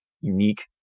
unique